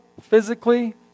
physically